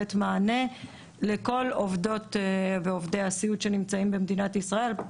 לתת מענה לכל עובדות ועובדי הסיעוד שנמצאים במדינת ישראל.